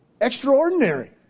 Extraordinary